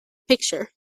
picture